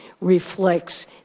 reflects